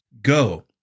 Go